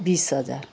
बिस हजार